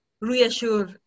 reassure